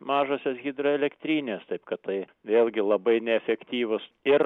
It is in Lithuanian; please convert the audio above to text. mažosios hidroelektrinės taip kad tai vėlgi labai neefektyvus ir